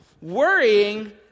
worrying